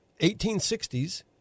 1860s